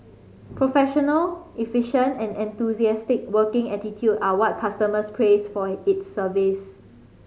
professional efficient and enthusiastic working attitude are what customers praise for its service